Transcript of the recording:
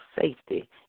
safety